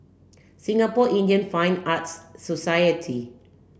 Singapore Indian Fine Arts Society